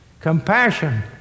Compassion